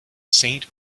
saint